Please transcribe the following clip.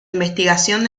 investigación